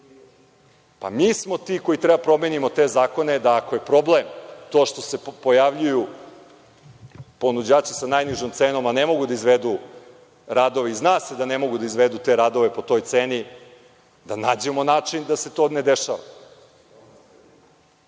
Mi smo ti koji treba da promenimo te zakone, da ako je problem to što se pojavljuju ponuđači sa najnižom cenom, a ne mogu da izvedu radove i zna se da ne mogu da izvedu radove po toj ceni, da nađemo način da se to ne dešava.